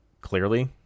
Clearly